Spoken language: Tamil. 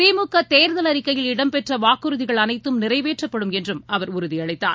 திமுகதோதல் அறிக்கையில் இடம்பெற்றவாக்குறுதிகள் அனைத்தும் நிறைவேற்றப்படும் என்றுஅவர் உறுதியளித்தார்